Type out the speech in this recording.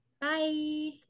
Bye